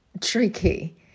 tricky